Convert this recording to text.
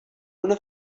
una